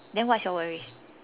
then what's your worry